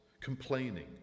complaining